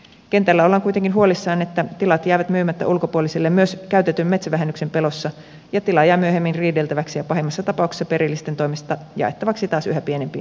kentällä ollaan kuitenkin huolissaan että tilat jäävät myymättä ulkopuolisille myös käytetyn metsävähennyksen pelossa ja tila jää myöhemmin riideltäväksi ja pahimmassa tapauksessa perillisten toimesta jaettavaksi taas yhä pienempiin osiin